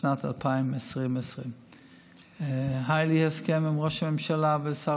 לשנת 2020. היה לי הסכם עם ראש הממשלה ושר